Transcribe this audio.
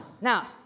Now